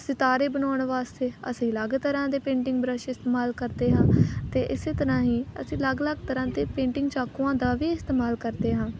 ਸਿਤਾਰੇ ਬਣਾਉਣ ਵਾਸਤੇ ਅਸੀਂ ਅਲੱਗ ਤਰ੍ਹਾਂ ਦੇ ਪੇਂਟਿੰਗ ਬ੍ਰੱਸ਼ ਇਸਤੇਮਾਲ ਕਰਦੇ ਹਾਂ ਅਤੇ ਇਸ ਤਰ੍ਹਾਂ ਹੀ ਅਸੀਂ ਅਲੱਗ ਅਲੱਗ ਤਰ੍ਹਾਂ ਦੇ ਪੇਂਟਿੰਗ ਚਾਕੂਆਂ ਦਾ ਵੀ ਇਸਤੇਮਾਲ ਕਰਦੇ ਹਾਂ